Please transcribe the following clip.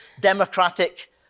democratic